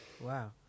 Wow